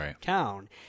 town